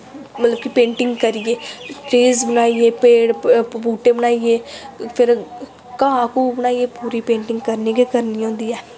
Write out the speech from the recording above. मतलब कि पेंटिंग करियै चीज बनाइयै पेड़ बूह्टे बनाइयै फिर घाह् घू बनाइयै पूरी पेंटिंग करनी गै करनी होंदी ऐ